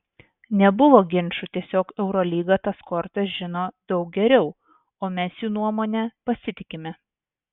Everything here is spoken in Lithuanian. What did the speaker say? nebuvo ginčų tiesiog eurolyga tas kortas žino daug geriau o mes jų nuomone pasitikime